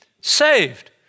saved